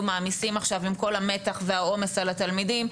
מעמיסים עכשיו עם כל המתח והעומס על התלמידים,